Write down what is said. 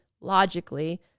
logically